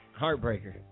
Heartbreaker